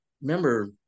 remember